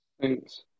Thanks